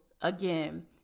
again